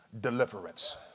deliverance